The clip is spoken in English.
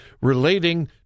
relating